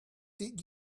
did